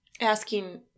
Asking